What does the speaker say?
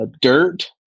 Dirt